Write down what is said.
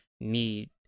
need